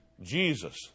Jesus